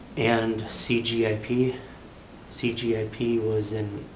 and c g i p, c g i p. was in